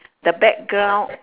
the background